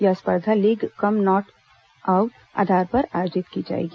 यह स्पर्धा league cum knockout आधार पर आयोजित की जाएगी